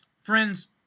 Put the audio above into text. Friends